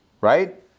right